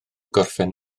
gorffen